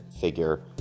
figure